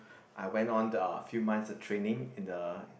I went on a few months of training in the